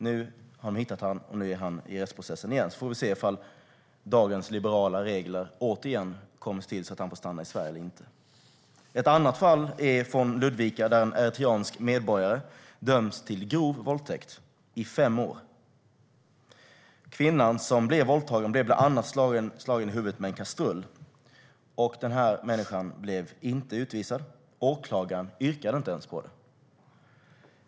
Nu har de hittat honom, och han är i rättsprocessen igen. Vi får se om dagens liberala regler återigen kommer att se till om han får stanna i Sverige eller inte. Ett annat fall är från Ludvika, där en eritreansk medborgare dömdes för grov våldtäkt till fem års fängelse. Kvinnan som blev våldtagen blev bland annat slagen i huvudet med en kastrull. Den här människan blev inte utvisad. Åklagaren yrkade inte ens på det.